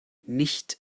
nicht